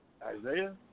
Isaiah